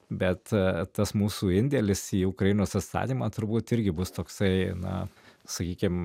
bet tas mūsų indėlis į ukrainos atstatymą turbūt irgi bus toksai na sakykim